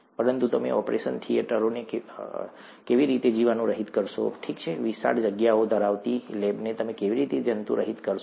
પરંતુ તમે ઓપરેશન થિયેટરોને કેવી રીતે જીવાણુરહિત કરશો ઠીક છે વિશાળ જગ્યાઓ ધરાવતી લેબને તમે કેવી રીતે જંતુરહિત કરશો